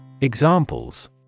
Examples